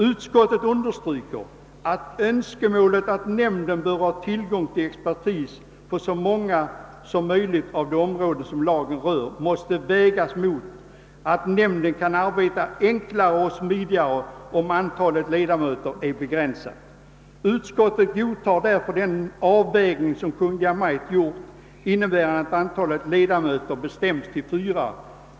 Utskottet understryker att önskemålet om att nämnden bör ha tillgång till expertis på så många som möjligt av de områden som lagen rör måste vägas mot det förhållandet att nämnden kan arbeta enklare och smidigare om antalet ledamöter är begränsat. Utskottet godtar därför den avvägning som Kungl. Maj:t har gjort och som innebär att antalet ledamöter bestäms till fyra.